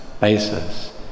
basis